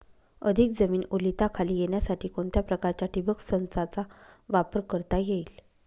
अधिक जमीन ओलिताखाली येण्यासाठी कोणत्या प्रकारच्या ठिबक संचाचा वापर करता येईल?